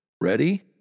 Ready